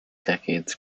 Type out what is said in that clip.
decades